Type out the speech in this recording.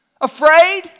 Afraid